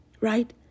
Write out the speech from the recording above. Right